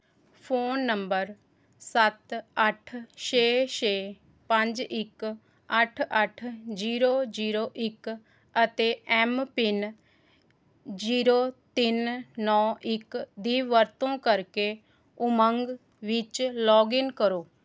phone number ਸੱਤ ਅੱਠ ਛੇ ਛੇ ਪੰਜ ਇੱਕ ਅੱਠ ਅੱਠ ਜ਼ੀਰੋ ਜ਼ੀਰੋ ਇੱਕ ਅਤੇ ਐੱਮ ਪਿੰਨ ਜ਼ੀਰੋ ਤਿੰਨ ਨੌਂ ਇੱਕ ਦੀ ਵਰਤੋਂ ਕਰਕੇ ਉਮੰਗ ਵਿੱਚ ਲੌਗਇਨ ਕਰੋ